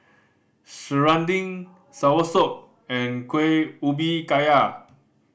serunding soursop and Kueh Ubi Kayu